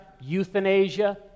euthanasia